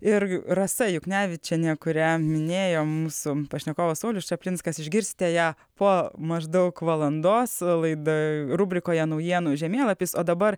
ir rasa juknevičienė kurią minėjo mūsų pašnekovas saulius čaplinskas išgirsite ją po maždaug valandos laida rubrikoje naujienų žemėlapis o dabar